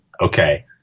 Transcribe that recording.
Okay